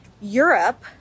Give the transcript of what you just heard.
Europe